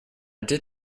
did